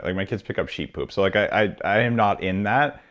like my kids pick up sheep poop. so like i i am not in that,